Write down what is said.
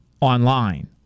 online